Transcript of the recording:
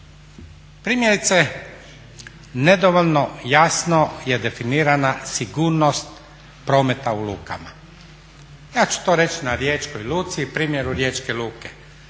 Primjerice nedovoljno jasno je definirana sigurnost prometa u lukama. Ja ću to reći na riječkoj luci i primjeru riječke luke.